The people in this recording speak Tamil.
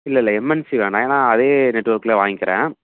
இல்லல்ல எம்என்சி வேணாம் ஏன்னா அதே நெட்ஒர்க்ல வாங்க்கிறேன்